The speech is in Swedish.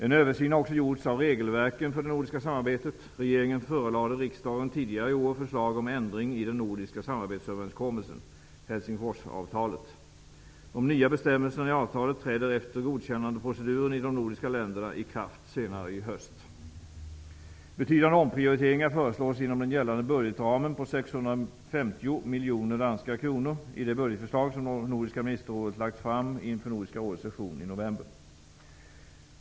En översyn har också gjorts av regelverken för det nordiska samarbetet. Regeringen förelade riksdagen tidigare i år förslag om ändring i den nordiska samarbetsöverenskommelsen, Betydande omprioriteringar föreslås inom den gällande budgetramen på 650 miljoner danska kronor i det budgetförslag som Nordiska ministerrådet lagt fram inför Nordiska rådets session i november.